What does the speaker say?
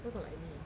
where got like me